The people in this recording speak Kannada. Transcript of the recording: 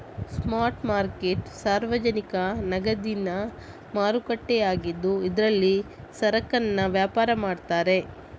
ಸ್ಪಾಟ್ ಮಾರ್ಕೆಟ್ ಸಾರ್ವಜನಿಕ ನಗದಿನ ಮಾರುಕಟ್ಟೆ ಆಗಿದ್ದು ಇದ್ರಲ್ಲಿ ಸರಕನ್ನ ವ್ಯಾಪಾರ ಮಾಡ್ತಾರೆ